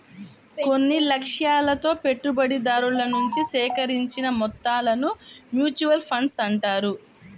కొన్ని లక్ష్యాలతో పెట్టుబడిదారుల నుంచి సేకరించిన మొత్తాలను మ్యూచువల్ ఫండ్స్ అంటారు